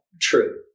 True